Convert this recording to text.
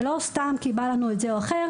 ולא סתם כי בא לנו את זה או אחר.